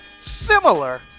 similar